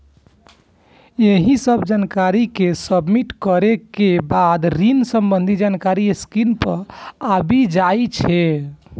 एहि सब जानकारी कें सबमिट करै के बाद ऋण संबंधी जानकारी स्क्रीन पर आबि जाइ छै